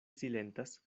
silentas